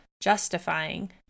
justifying